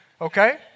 okay